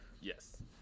Yes